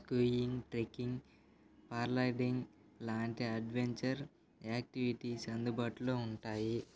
skiing trekking paragliding లాంటి adventure activities అందుబాటులో ఉంటాయి